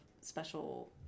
special